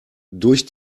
durch